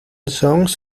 songs